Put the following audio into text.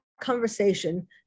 conversation